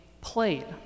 played